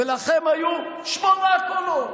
ולכם היו שמונה קולות.